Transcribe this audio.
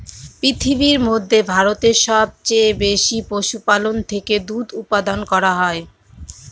পৃথিবীর মধ্যে ভারতে সবচেয়ে বেশি পশুপালন থেকে দুধ উপাদান করা হয়